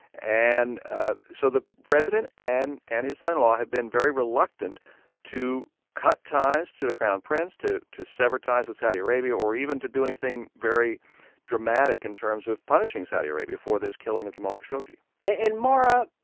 and ah so the president and and his son-in-law have been very reluctant to cut ties to the crown prince, to to sever ties with saudi arabia or even to do anything very dramatic in terms of punishing saudi arabia for this killing of jamal khashoggi and, mara,